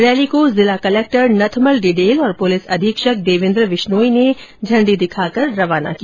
rally को जिला collector Nathmal Didel और पुलिस अधीक्षक देवेंद्र बिश्नोई ने झंडी दिखाकर रवाना किया